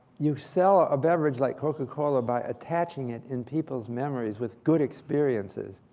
you sell a beverage like coca-cola by attaching it in people's memories with good experiences.